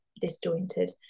disjointed